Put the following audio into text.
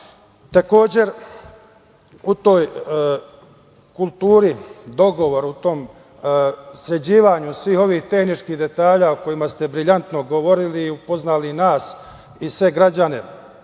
vlast. Takođe, u toj kulturi dogovora, u tom sređivanju svih ovih tehničkih detalja o kojima ste briljantno govorili i upoznali nas i sve građane